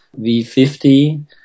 V50